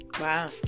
wow